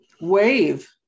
Wave